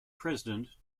president